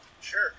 Sure